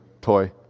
toy